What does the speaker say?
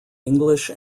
english